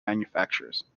manufacturers